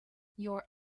your